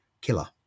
killer